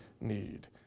need